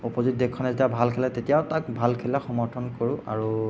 opposite দেশখনে যেতিয়া ভাল খেলে তেতিয়াও তাক ভাল খেলিলে সমৰ্থন কৰোঁ আৰু